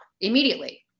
immediately